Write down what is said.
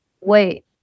wait